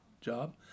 job